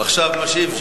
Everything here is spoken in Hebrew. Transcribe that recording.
עכשיו משיב.